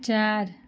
चार